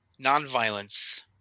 Nonviolence